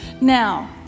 Now